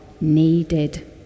needed